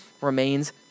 remains